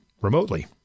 remotely